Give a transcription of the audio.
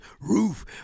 Roof